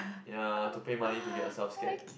ya to pay money to get yourself scared